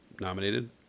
nominated